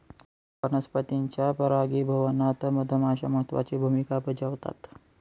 वनस्पतींच्या परागीभवनात मधमाश्या महत्त्वाची भूमिका बजावतात